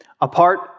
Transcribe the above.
apart